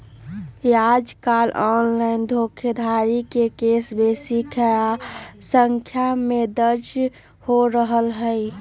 याजकाल ऑनलाइन धोखाधड़ी के केस बेशी संख्या में दर्ज हो रहल हइ